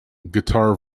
guitar